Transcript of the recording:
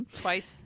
Twice